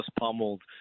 pummeled